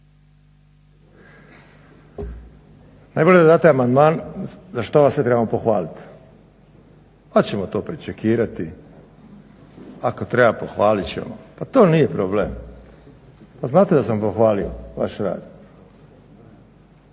najbolje je da date amandman za što vas sve trebamo pohvaliti, pa ćemo to prečekirati, ako treba pohvalit ćemo, pa to nije problem. Pa znate da sam pohvalio vaš rad.